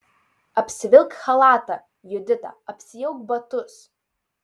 apsivilk chalatą judita apsiauk batus